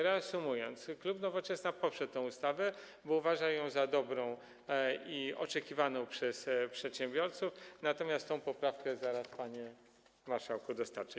Reasumując, klub Nowoczesna poprze tą ustawę, bo uważa ją za dobrą i oczekiwaną przez przedsiębiorców, natomiast tę poprawkę zaraz, panie marszałku, przekażę.